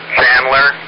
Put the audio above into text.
Chandler